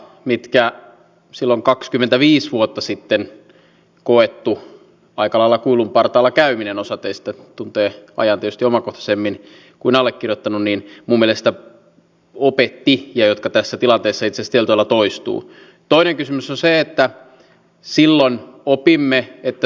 mikään silloin kakskymmentäviis vuotta sitten koettu aika lailla kuulu partalakäyminen osa teistä tuntee ajan pysty oman konsernin kunnalle kertonu niin ku melestä ja opetti jotka tässä tilanteessa kentällä poistuu toinen kysymys on se että silloin opimme että